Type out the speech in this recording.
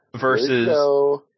Versus